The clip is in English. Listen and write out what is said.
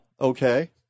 Okay